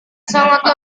sangat